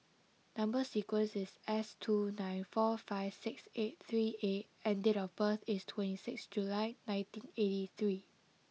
number sequence is S two nine four five six eight three A and date of birth is twenty six July nineteen eighty three